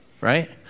right